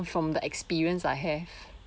from the experience I have